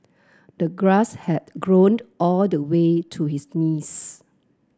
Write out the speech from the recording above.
the grass had grown all the way to his knees